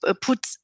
put